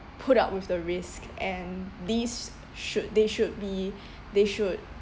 put up with the risk and these should they should be they should